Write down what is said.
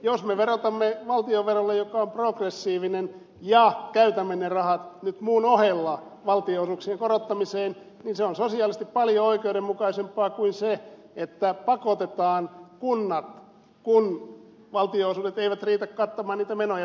jos me verotamme valtionverolla joka on progressiivinen ja käytämme ne rahat muun ohella valtionosuuksien korottamiseen niin se on sosiaalisesti paljon oikeudenmukaisempaa kuin se että pakotetaan kunnat kun valtionosuudet eivät riitä kattamaan niitä menoja korottamaan kunnallisveroprosenttia